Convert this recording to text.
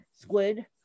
squid